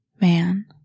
man